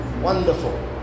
Wonderful